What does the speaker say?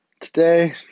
Today